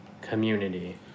community